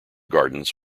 gardens